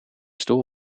stoel